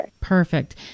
perfect